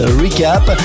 recap